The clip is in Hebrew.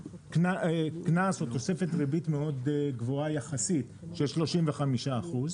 קנס או תוספת ריבית מאוד גבוהה יחסית של 35 אחוזים